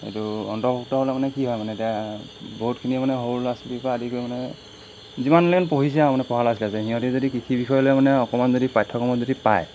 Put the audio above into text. এইটো অন্তৰ্ভুক্ত হ'লে মানে কি হয় মানে এতিয়া বহুতখিনিয়ে মানে সৰু ল'ৰা ছোৱালীৰপৰা আদি কৰি মানে যিমানলৈকে পঢ়িছে আৰু মানে পঢ়া ল'ৰা ছোৱালী আছে সিহঁতে যদি কৃষি বিষয় লৈ মানে অকণমান যদি পাঠ্যক্ৰমত যদি পায়